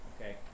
Okay